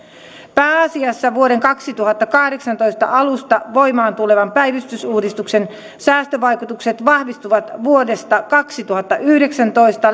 pääasiassa vuoden kaksituhattakahdeksantoista alusta voimaan tulevan päivystysuudistuksen säästövaikutukset vahvistuvat vuodesta kaksituhattayhdeksäntoista